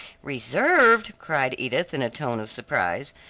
reserved! cried edith in a tone of surprise,